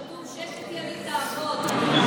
כתוב "ששת ימים תעבוד".